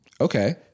Okay